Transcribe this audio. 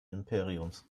imperiums